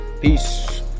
Peace